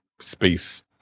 space